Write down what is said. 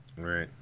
Right